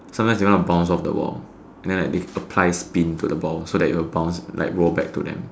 sometimes they want to bounce off the wall and then like they apply spin to the ball so that it will bounce like roll back to them